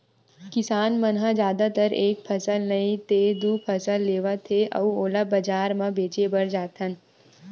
किसान मन ह जादातर एक फसल नइ ते दू फसल लेवत हे अउ ओला बजार म बेचे बर जाथन